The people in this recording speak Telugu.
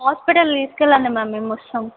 హాస్పిటల్ తీసుకెళ్ళండి మ్యామ్ మేమొస్తాం